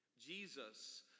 Jesus